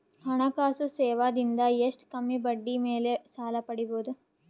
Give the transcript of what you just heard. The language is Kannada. ಹಣಕಾಸು ಸೇವಾ ದಿಂದ ಎಷ್ಟ ಕಮ್ಮಿಬಡ್ಡಿ ಮೇಲ್ ಸಾಲ ಪಡಿಬೋದ?